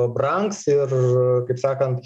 brangs ir kaip sakant